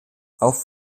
auf